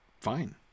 fine